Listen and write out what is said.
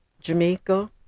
Jamaica